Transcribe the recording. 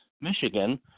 Michigan